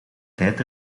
tijd